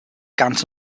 guns